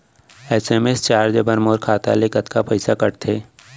SMS charge बर मोर खाता ले कतका पइसा कटथे?